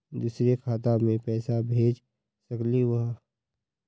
दुसरे खाता मैं पैसा भेज सकलीवह?